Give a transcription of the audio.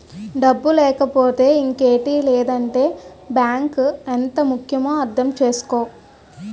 డబ్బు లేకపోతే ఇంకేటి లేదంటే బాంకు ఎంత ముక్యమో అర్థం చేసుకో